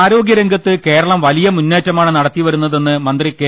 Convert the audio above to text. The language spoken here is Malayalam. ആരോഗ്യ രംഗത്ത് കേരളം വലിയ മുന്നേറ്റമാണ് നടത്തിവരുന്നതെന്ന് മന്ത്രി കെ